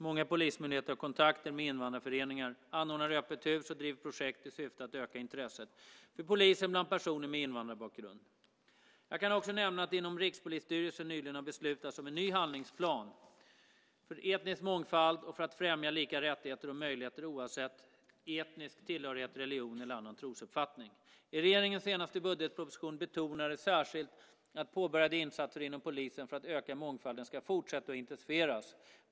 Många polismyndigheter har kontakter med invandrarföreningar, anordnar öppet hus och driver projekt i syfte att öka intresset för polisen bland personer med invandrarbakgrund. Jag kan också nämna att det inom Rikspolisstyrelsen nyligen har beslutats om en ny handlingsplan för etnisk mångfald och för att främja lika rättigheter och möjligheter oavsett etnisk tillhörighet, religion eller annan trosuppfattning. I regeringens senaste budgetproposition betonades särskilt att påbörjade insatser inom polisen för att öka mångfalden ska fortsätta och intensifieras.